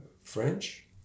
French